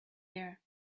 air